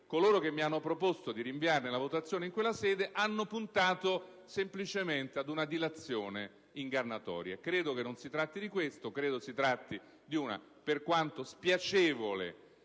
coloro che mi hanno proposto di rinviarne la valutazione in quella sede hanno puntato semplicemente a una dilazione ingannatoria. Credo che non si tratti di questo, ma di una dimenticanza, per quanto spiacevole,